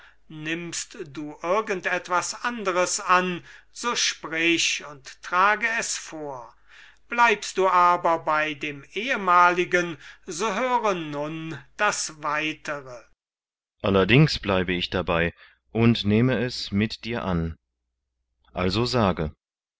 nimmst du irgend etwas anderes an so sprich und trage es vor bleibst du aber bei dem ehemaligen so höre nun das weitere kriton allerdings bleibe ich dabei und nehme es mit dir an also rede